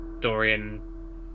Dorian